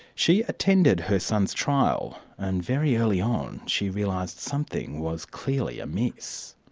she attended her son's trial and very early on, she realised something was clearly amiss.